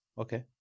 okay